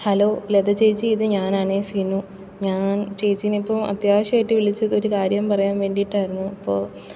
hello Latha ചേച്ചി ഇത് ഞാനാണെ സിനു ഞാൻ ചേച്ചീനെ ഇപ്പം അത്യാവശ്യമായിട്ട് വിളിച്ചത് ഒരു കാര്യം പറയാന് വേണ്ടിയിട്ടായിരുന്നു ഇപ്പോൾ